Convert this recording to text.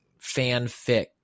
fanfic